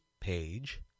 page